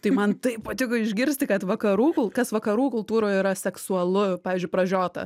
tai man taip patiko išgirsti kad vakarų kul kas vakarų kultūroj yra seksualu pavyzdžiui pražiota